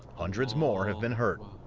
hundreds more have been hurt.